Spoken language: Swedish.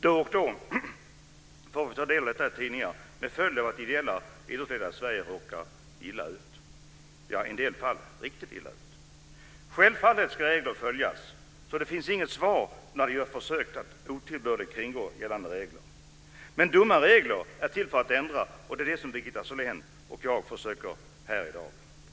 Då och då får vi ta del av detta i tidningar med följden att ideella idrottsledare i Sverige råkar illa ut - i en del fall riktigt illa ut. Självfallet ska regler följas. Det finns inget försvar för att otillbörligt kringgå gällande regler. Men dumma regler är till för att ändras, och det försöker Birgitta Sellén och jag göra här i dag.